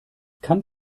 kann